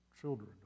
children